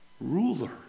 ruler